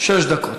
שש דקות.